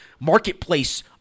Marketplace